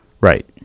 Right